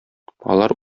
алар